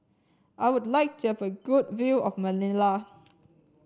I would like to have a good view of Manila